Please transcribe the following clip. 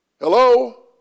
hello